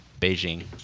Beijing